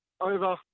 Over